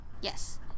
Yes